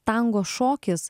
tango šokis